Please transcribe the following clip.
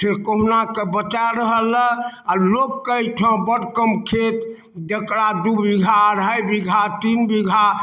से कहुना कए बचा रहलैय आओर लोकके अइठाम बड्ड कम खेत जकरा दू बीघा अरढ़ाइ बिग्घा तीन बीघा